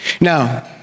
Now